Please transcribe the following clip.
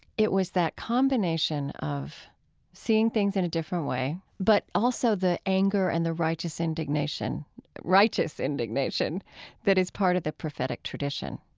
it was that combination of seeing things in a different way, but also the anger and the righteous indignation righteous indignation that is part of the prophetic tradition.